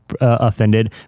offended